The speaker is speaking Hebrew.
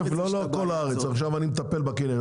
לא, לא כל הארץ, אני מטפל עכשיו בכנרת.